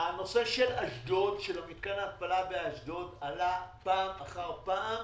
הנושא של מתקן ההתפלה באשדוד עלה פעם אחר פעם